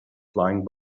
flying